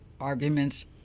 arguments